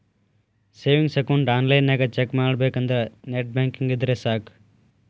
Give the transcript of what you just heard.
savings account ಆನ್ಲೈನ್ನ್ಯಾಗ check ಮಾಡಬೇಕಂದ್ರ net banking ಇದ್ರೆ ಸಾಕ್